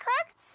correct